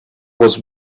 was